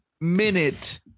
minute